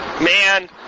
man